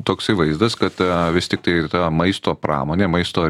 toksai vaizdas kad vis tiktai ir ta maisto pramonė maisto